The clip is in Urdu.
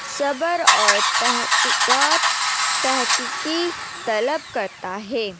صبر اور تحقیقات تحقیقی طلب کرتا ہے